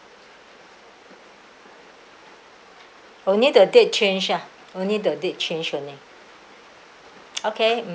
only the date change ah only the date change only okay mm